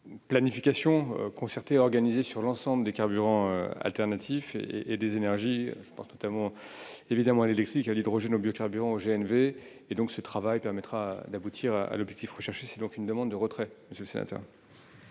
planification concertée, organisée, sur l'ensemble des carburants alternatifs et des énergies- je pense évidemment à l'électrique, à l'hydrogène, au biocarburant, au GNV. Ce travail permettra d'aboutir à l'objectif visé. Je vous demande donc, monsieur le sénateur,